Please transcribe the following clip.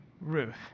Ruth